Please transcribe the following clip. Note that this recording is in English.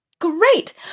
Great